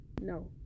no